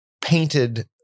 painted